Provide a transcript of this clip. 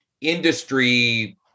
industry